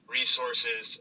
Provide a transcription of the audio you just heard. resources